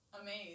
amazed